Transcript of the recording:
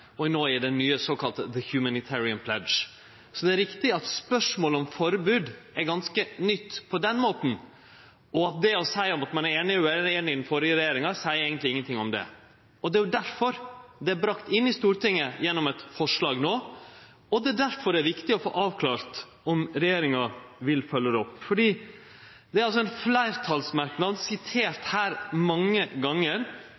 er nå den såkalla Humanitarian Pledge. Så det er riktig at spørsmålet om forbod er ganske nytt på den måten, og at det å seie at ein er einig eller ueinig med den førre regjeringa, eigentleg ikkje seier noko om det. Det er jo derfor det er brakt inn i Stortinget gjennom eit forslag no, og det er derfor det er viktig å få avklart om regjeringa vil følgje det opp. Det er altså ein fleirtalsmerknad, sitert her mange gonger,